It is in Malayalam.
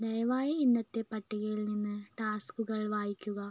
ദയവായി ഇന്നത്തെ പട്ടികയിൽ നിന്ന് ടാസ്ക്കുകൾ വായിക്കുക